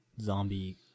zombie